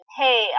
hey